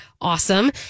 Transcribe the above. awesome